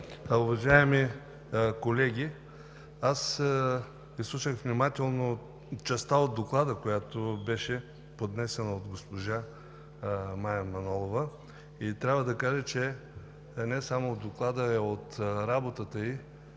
Уважаеми колеги, изслушах внимателно частта от Доклада, която беше поднесена от госпожа Мая Манолова, и трябва да кажа, че не само от Доклада, а и от работата ѝ